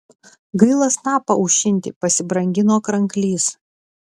gaila snapą aušinti pasibrangino kranklys